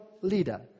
leader